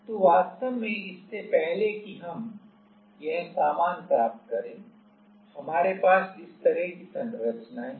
तो वास्तव में इससे पहले कि हम यह सामान प्राप्त करें हमारे पास इस तरह की संरचनाएं हैं